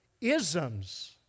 isms